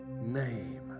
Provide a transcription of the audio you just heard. name